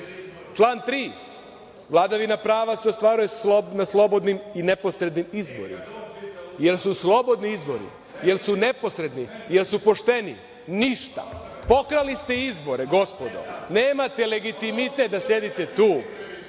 Član 3. – vladavina prava se ostvaruje na slobodnim i neposrednim izborima. Jesu li slobodni izbori, jesu neposredni, jesu pošteni? Ništa. Pokrali ste izbore, gospodo. Nemate legitimitet da sedite tu.